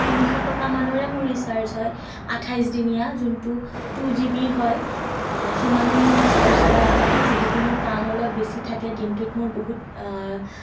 তিনিশ টকা মানৰে মোৰ ৰিচাৰ্জ হয় আঠাইছ দিনীয়া যোনটো টু জি বি হয় সিমানৰ মোৰ ৰিচাৰ্জ কৰা হয় যিহেতু মোৰ কাম অলপ বেছি থাকে দিনটোত মোৰ বহুত